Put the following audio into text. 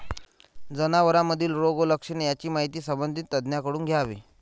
जनावरांमधील रोग व लक्षणे यांची माहिती संबंधित तज्ज्ञांकडून घ्यावी